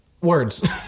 Words